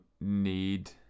need